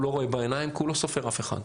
הוא לא רואה בעיניים כי הוא לא סופר אף אחד.